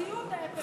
המציאות אפעס,